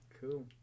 Cool